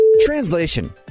Translation